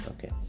Okay